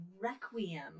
Requiem